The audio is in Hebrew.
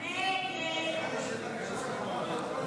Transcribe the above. הסתייגות 16 לחלופין